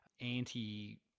anti